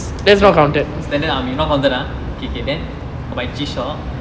standard army not counted ah okay okay then got my G shock